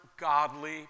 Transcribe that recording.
godly